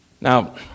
Now